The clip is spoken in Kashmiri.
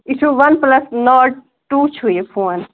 یہِ چھُ وَن پُلَس ناٹ ٹوٗ چھُ یہِ فون